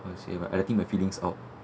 I letting my feelings out